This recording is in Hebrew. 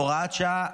הוראת שעה),